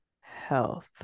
health